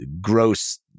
gross